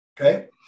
Okay